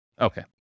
Okay